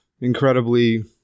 incredibly